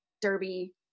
Derby